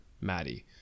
Maddie